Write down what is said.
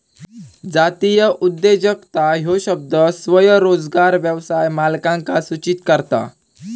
जातीय उद्योजकता ह्यो शब्द स्वयंरोजगार व्यवसाय मालकांका सूचित करता